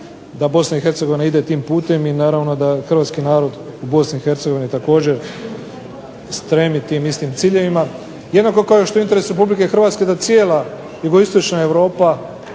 da Bosna i Hercegovina ide tim putem. I naravno da hrvatski narod u Bosni i Hercegovini također stremi tim istim ciljevima, jednako kao što je u interesu Republike Hrvatske da cijela jugoistočna Europa